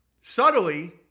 subtly